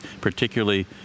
particularly